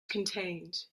contained